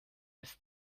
ist